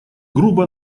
грубо